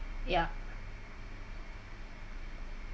ya